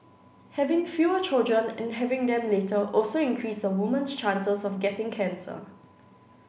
having fewer children and having them later also increase a woman's chances of getting cancer